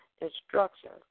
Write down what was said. instructions